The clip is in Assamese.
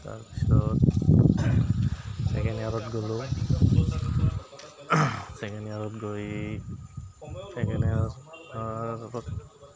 তাৰপিছত ছেকেণ্ড ইয়াৰত গলোঁ ছেকেণ্ড ইয়াৰত গৈ ছেকেণ্ড ইয়াৰত